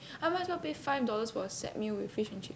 I might as well pay five dollars for a set meal with fish and chips